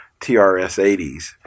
TRS-80s